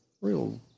real